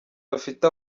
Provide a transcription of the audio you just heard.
bafite